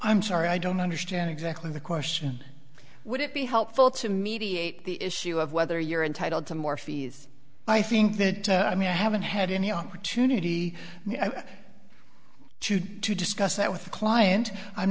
i'm sorry i don't understand exactly the question would it be helpful to mediate the issue of whether you're entitled to more fees i think that i mean i haven't had any opportunity to discuss that with the client i'm